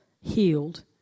healed